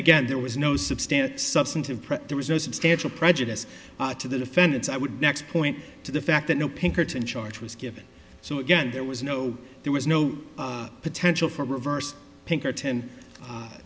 again there was no substantial substantive present there was no substantial prejudice to the defendants i would next point to the fact that no pinkerton charge was given so again there was no there was no potential for reverse pinkerton